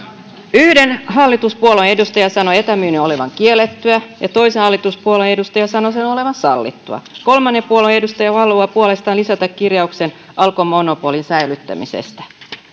yhden hallituspuolueen edustaja sanoi etämyynnin olevan kiellettyä ja toisen hallituspuolueen edustaja sanoi sen olevan sallittua kolmannen puolueen edustaja haluaa puolestaan lisätä kirjauksen alkon monopolin säilyttämisestä